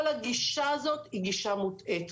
כל הגישה הזאת היא גישה מוטעית,